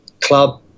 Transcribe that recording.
Club